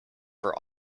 for